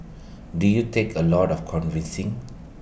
did you take A lot of convincing